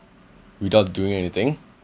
without doing anything